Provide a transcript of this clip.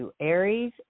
Aries